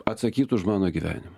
atsakyt už mano gyvenimą